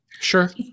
Sure